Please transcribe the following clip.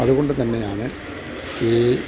അതുകൊണ്ട് തന്നെയാണ് ഈ